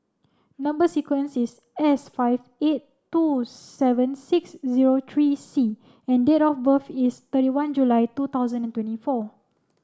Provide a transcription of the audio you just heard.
number sequence is S five eight two seven six zero three C and date of birth is thirty one July two thousand and twenty four